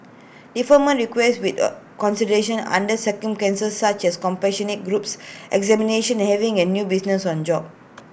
deferment requests with A consideration under circumstances such as compassionate groups examinations and having A new business or job